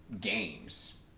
games